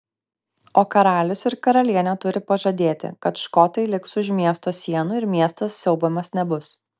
o karalius ir karalienė turi pažadėti kad škotai liks už miesto sienų ir miestas siaubiamas nebus